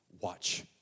Watch